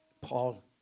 Paul